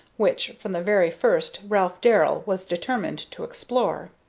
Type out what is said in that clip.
which from the very first ralph darrell was determined to explore.